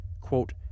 quote